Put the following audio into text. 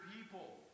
people